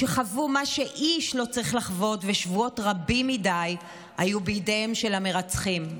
שחוו מה שאיש לא צריך לחוות ושבועות רבים מדי היו בידיהם של מרצחים.